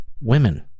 women